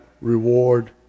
reward